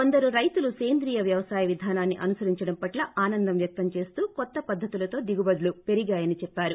కొందరు రైతులు సేంద్రీయ వ్యవసాయ విధానాన్ని అనుసరించడం పట్ల ఆనందం వ్యక్తం చేస్తూ కొత్త పద్దతులతో దిగుబడులు పెరిగాయని చెప్పారు